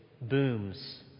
booms